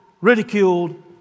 ridiculed